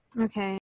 Okay